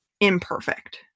imperfect